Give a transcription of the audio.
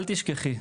אל תשכחי,